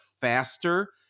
faster